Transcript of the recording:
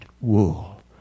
wool